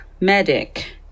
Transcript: Medic